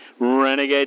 Renegade